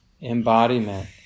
embodiment